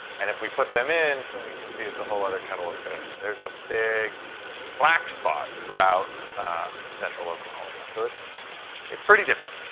and if we put them in, well, you can see it's a whole other kettle of fish. there's a big black spot throughout central oklahoma. so it's it's pretty different.